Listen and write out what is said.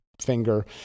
finger